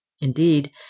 Indeed